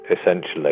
essentially